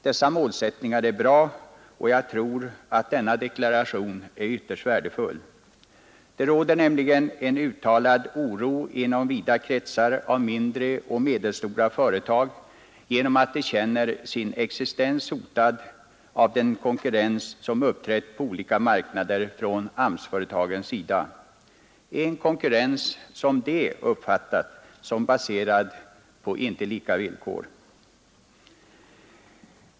Dessa målsättningar är bra, och jag tror att denna deklaration är ytterst värdefull. Det råder nämligen inom vida kretsar av mindre och medelstora företag en uttalad oro på grund av att man känner sin existens hotad av den konkurrens som uppträtt på olika marknader från AMS-företagens sida, en konkurrens som företagarna uppfattat som icke baserad på lika villkor.